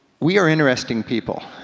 we are interesting people.